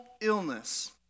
illness